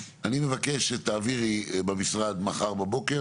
אני מבקש שתעבירי במשרד מחר בבוקר